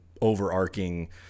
overarching